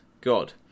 God